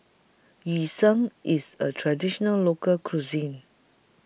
Yu Sheng IS A Traditional Local Cuisine